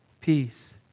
peace